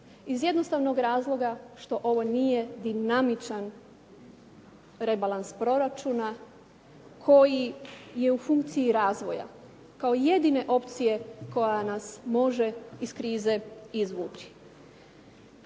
iz jednostavnog razloga što ovo nije dinamičan rebalans proračuna koji je u funkciji razvoja kao jedine opcije koja nas može iz krize izvući.